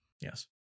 yes